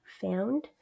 found